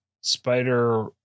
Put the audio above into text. Spider